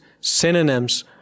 synonyms